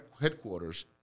headquarters